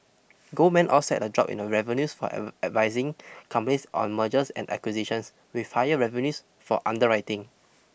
Goldman offset a drop in the revenues for advising companies on mergers and acquisitions with higher revenues for underwriting